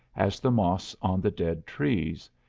as the moss on the dead trees,